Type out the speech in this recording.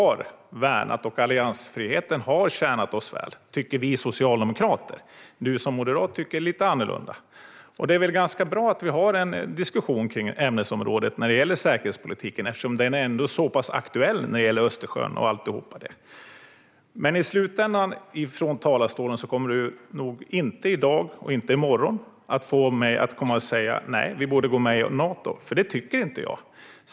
Vi har värnat alliansfriheten, och den har tjänat oss väl - tycker vi socialdemokrater. Hans Wallmark som moderat tycker lite annorlunda. Det är väl ganska bra att vi har en diskussion om ämnesområdet säkerhetspolitik eftersom det är så pass aktuellt när det gäller Östersjön och allt det. Men i slutändan, Hans Wallmark, kommer du nog varken i dag eller i morgon att från talarstolen få mig att säga att vi borde gå med i Nato, för det tycker inte jag.